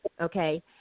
okay